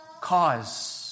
cause